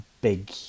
big